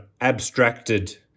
abstracted